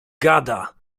gada